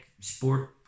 sport